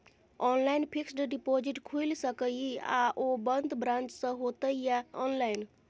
Online fixed deposit खुईल सके इ आ ओ बन्द ब्रांच स होतै या ऑनलाइन?